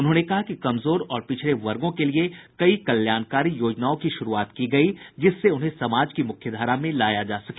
उन्होंने कहा कि कमजोर और पिछड़े वर्गो के लिए कई कल्याणकारी योजनाओं की शुरूआत की गयी जिससे उन्हें समाज की मुख्य धारा में लाया जा सके